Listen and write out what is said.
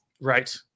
Right